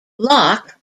locke